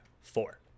four